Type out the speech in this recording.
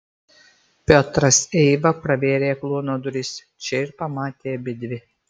piotras eiva pravėrė kluono duris čia ir pamatė abidvi